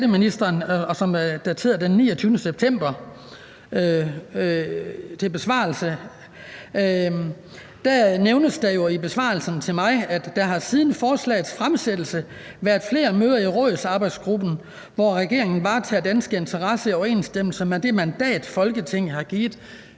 skatteministeren, og som er dateret den 29. september, nævnes det jo i besvarelsen til mig, at der siden forslagets fremsættelse har været flere møder i rådsarbejdsgruppen, hvor regeringen varetager danske interesser i overensstemmelse med det mandat, Folketinget har givet.